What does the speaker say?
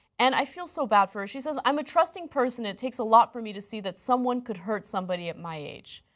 and i feel so bad for her, she says, i'm a trusting person and it takes a lot for me to see that someone could hurt somebody at my age.